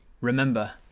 remember